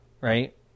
right